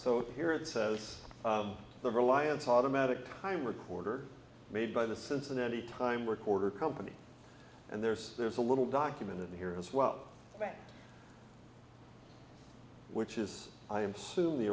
so here it says the reliance automatic time recorder made by the cincinnati time work order company and there's there's a little document in here as well which is i am suing the